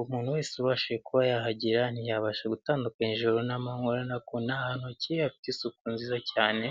umuntu wese ubashije kuba yahagera ntiyabasha gutandukanya ijoro n'amanywa, urabona ko ni ahantu hakeye hafite isuku nziza cyane.